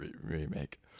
Remake